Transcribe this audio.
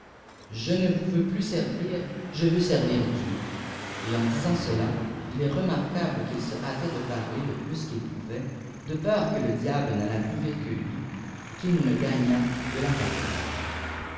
je ne vous veux plus servir je veux servir dieu et en disant cela il est remarquable qu'il se hâtait de parler le plus qu'il pouvait de peur que le diable n'allât plus vite que lui et qu'il ne le gagnât de la parole